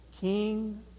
King